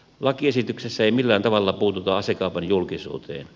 lakiesityksessä ei millään tavalla puututa asekaupan julkisuuteen